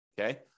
Okay